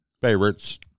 favorites